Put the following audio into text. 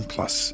Plus